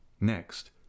Next